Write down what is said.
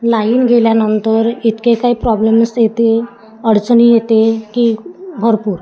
line गेल्यानंतर इतके काही प्रॉब्लेम्स येते अडचणी येते की भरपूर